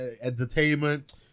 entertainment